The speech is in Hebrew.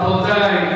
רבותי.